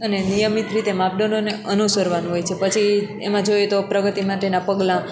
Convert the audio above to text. અને નિયમિત રીતે માપદંડોને અનુસરવાનું હોય છે પછી એમાં જોઈએ તો પ્રગતિમાં તેના પગલા